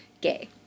gay